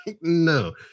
No